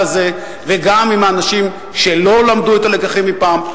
הזה וגם עם האנשים שלא למדו את הלקחים מפעם,